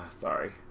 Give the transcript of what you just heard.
Sorry